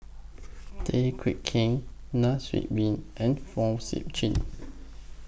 Tay Teow Kiat Nai Swee Leng and Fong Sip Chee